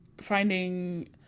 finding